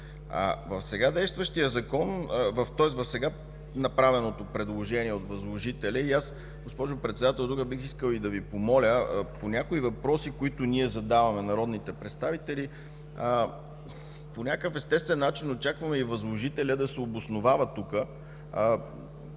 В сега направеното предложение от възложителя, аз, госпожо Председател, тук бих искал да Ви помоля – по някои въпроси, които ние, народните представители, задаваме, по някакъв естествен начин очакваме и възложителят да се обосновава тук,